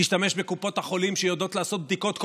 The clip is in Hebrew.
תשתמש בקופות החולים שיודעות לעשות בדיקות,